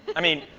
i mean,